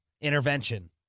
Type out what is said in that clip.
intervention